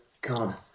God